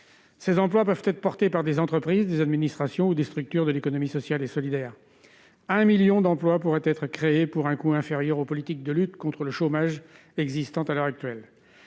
ces emplois peuvent être portés par des entreprises, des administrations ou des structures de l'économie sociale et solidaire, un 1000000 d'emplois pourraient être créés pour un coût inférieur aux politiques de lutte contre le chômage existantes, à l'heure actuelle,